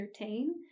entertain